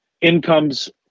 incomes